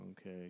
okay